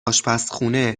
اشپزخونه